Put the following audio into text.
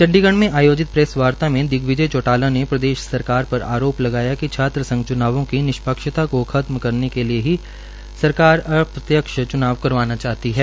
चंडीगढ़ में आयोजित प्रेस वार्ता में दिग्विजय चौटाला ने प्रदेश सरकार पर आरोप लगाया कि छात्रसंघ चनावों की निष्पक्षता को खत्म करने के लिए ही सरकार अप्रत्यक्ष च्नाव करवाना चाहती है